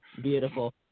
beautiful